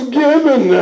given